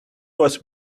was